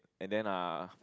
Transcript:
and then uh